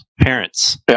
parents